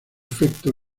efecto